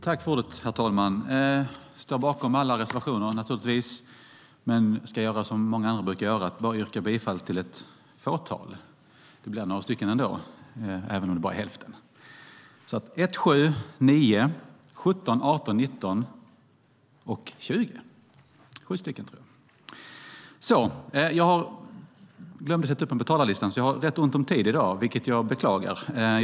Herr talman! Jag står naturligtvis bakom alla reservationer, men ska göra som andra brukar göra och bara yrka bifall till ett fåtal. Det blir några stycken ändå även om det bara är hälften. Jag yrkar bifall till reservation 1, 7, 9, 17, 18, 19 och 20. Jag glömde att sätta upp mig på talarlistan, så jag har rätt ont om tid i dag. Det beklagar jag.